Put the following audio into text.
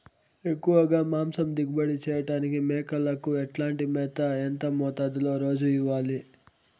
ఎక్కువగా మాంసం దిగుబడి చేయటానికి మేకలకు ఎట్లాంటి మేత, ఎంత మోతాదులో రోజు ఇవ్వాలి?